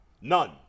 None